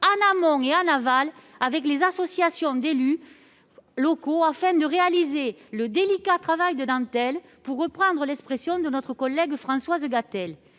en amont et en aval, avec les associations d'élus locaux, afin de réaliser un « délicat travail de dentelle », pour reprendre l'expression de notre collègue Françoise Gatel.